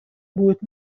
будет